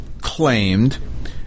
claimed